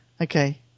Okay